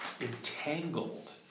entangled